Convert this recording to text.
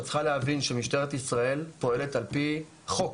את צריכה להבין שמשטרת ישראל פועלת על פי חוק